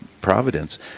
providence